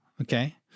Okay